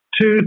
two